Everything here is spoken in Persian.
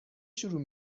شروع